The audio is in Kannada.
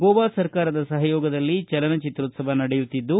ಗೋವಾ ಸರ್ಕಾರದ ಸಹಯೋಗದಲ್ಲಿ ಚಲನಚಿತ್ರೋತ್ಸವ ನಡೆಯುತ್ತಿದ್ದು